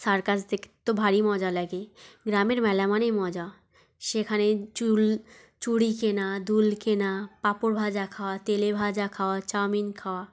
circus দেখে তো ভারি মজা লাগে গ্রামের মেলা মানেই মজা সেখানে চুল চুরি কেনা দুল কেনা পাঁপড় ভাজা খাওয়া তেলে ভাজা খাওয়া চাউমিন খাওয়া